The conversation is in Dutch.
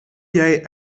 jij